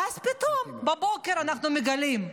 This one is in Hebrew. ואז פתאום בבוקר אנחנו מגלים.